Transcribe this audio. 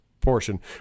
portion